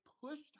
pushed